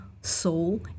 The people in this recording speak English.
soul